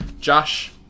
Josh